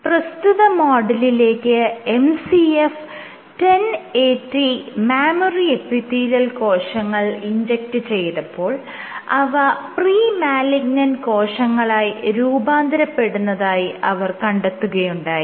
പ്രസ്തുത മോഡലിലേക്ക് MCF 10AT mammary epithelial കോശങ്ങൾ ഇൻജെക്റ്റ് ചെയ്തപ്പോൾ അവ പ്രീ മാലിഗ്നന്റ് കോശങ്ങളായി രൂപാന്തരപ്പെടുന്നതായി അവർ കണ്ടെത്തുകയുണ്ടായി